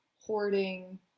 hoarding